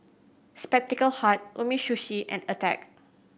Spectacle Hut Umisushi and Attack